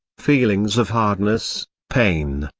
feelings of hardness, pain,